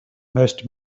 most